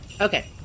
Okay